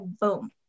boom